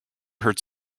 hurts